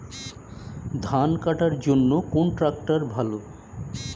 ধান কাটার জন্য কোন ট্রাক্টর ভালো?